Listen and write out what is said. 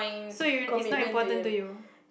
so you it's not important to you